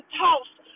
tossed